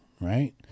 Right